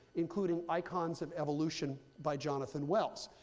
including icons of evolution by jonathan wells.